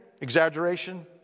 exaggeration